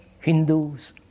Hindus